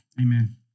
Amen